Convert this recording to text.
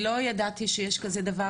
אני לא ידעתי שיש כזה דבר,